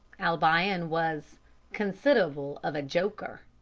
albion was consid'able of a joker,